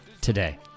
today